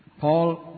Paul